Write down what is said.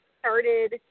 started